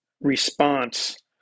response